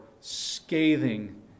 scathing